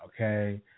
Okay